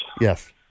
Yes